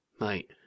Mate